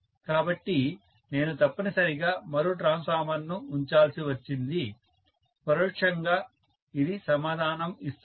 కాబట్టి నేను తప్పనిసరిగా మరో ట్రాన్స్ఫార్మర్ను ఉంచాల్సి వచ్చింది పరోక్షంగా ఇది సమాధానం ఇస్తుంది